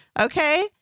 okay